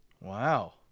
Wow